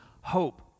hope